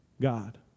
God